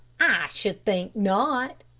i should think not!